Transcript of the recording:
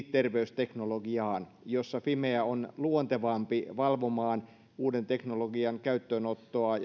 terveysteknologiaan jossa fimea on luontevampi valvomaan uuden teknologian käyttöönottoa